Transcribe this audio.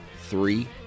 Three